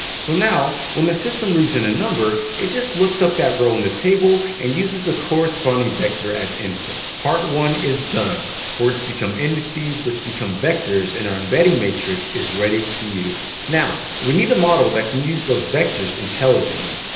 so now when the system reads in a number, it just looks up that row in the table and uses the corresponding vector as an input. part one is done words become indices, which become vectors, and our embedding matrix is ready to use. now, we need a model that can use those vectors intelligently.